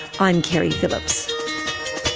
i'm keri phillips.